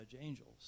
angels